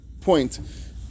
point